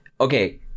Okay